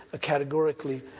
categorically